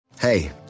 Hey